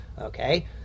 okay